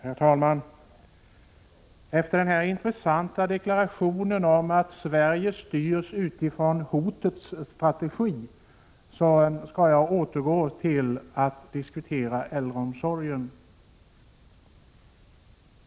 Herr talman! Efter den här intressanta deklarationen om att Sverige styrs utifrån hotets strategi skall jag återföra diskussionen till frågan om äldreomsorgen.